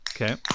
Okay